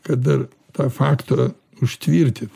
kad dar tą faktą užtvirtit